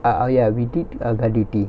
uh oh ya we did err guard duty